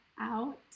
out